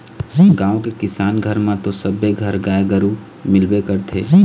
गाँव के किसान घर म तो सबे घर गाय गरु मिलबे करथे